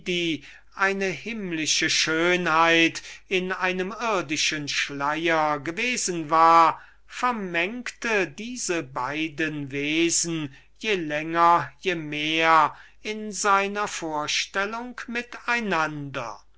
eine himmlische schönheit in einem irdischen schleier gewesen war vermengte diese beiden wesen je länger je mehr in seiner